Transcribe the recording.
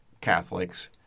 Catholics